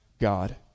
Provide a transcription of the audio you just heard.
God